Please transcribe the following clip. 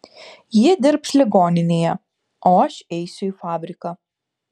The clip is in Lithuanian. ji dirbs ligoninėje o aš eisiu į fabriką